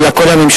אלא כל הממשלות,